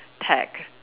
tag